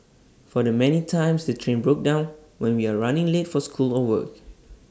for the many times the train broke down when we are running late for school or work